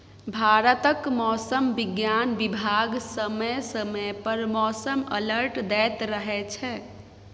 भारतक मौसम बिज्ञान बिभाग समय समय पर मौसम अलर्ट दैत रहै छै